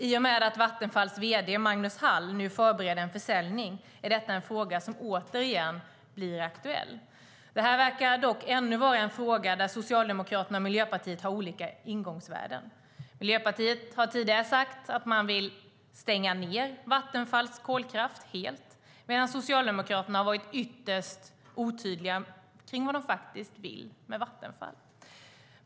I och med att Vattenfalls vd Magnus Hall nu förbereder en försäljning är detta en fråga som återigen blir aktuell. Det verkar dock vara ännu en fråga där Socialdemokraterna och Miljöpartiet har olika ingångsvärden. Miljöpartiet har tidigare sagt att man vill stänga ned Vattenfalls kolkraft helt medan Socialdemokraterna varit ytterst otydliga med vad de faktiskt vill med Vattenfall.